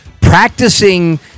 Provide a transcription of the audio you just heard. practicing